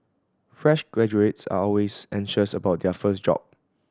fresh graduates are always anxious about their first job